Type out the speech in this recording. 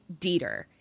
Dieter